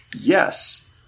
yes